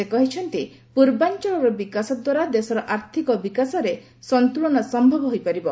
ସେ କହିଛନ୍ତି ପୂର୍ବାଂଚଳର ବିକାଶ ଦ୍ୱାରା ଦେଶର ଆର୍ଥିକ ବିକାଶରେ ସନ୍ତୁଳନ ସମ୍ଭବ ହୋଇପାରିବ